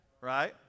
Right